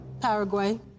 Paraguay